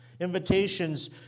Invitations